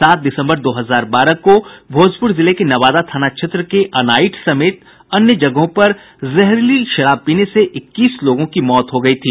सात दिसंबर दो हजार बारह को भोजपुर जिले के नवादा थाना क्षेत्र में अनाइठ समेत अन्य जगहों पर जहरीली शराब पीने से इक्कीस लोगों की मौत हो गई थी